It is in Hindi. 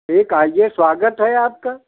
ठीक आइए स्वागत है आपका